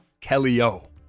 Kelly-O